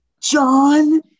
John